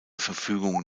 verfügung